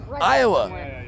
Iowa